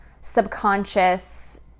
subconscious